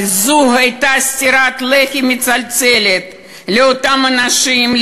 אבל זו הייתה סטירת לחי מצלצלת לאותם אנשים,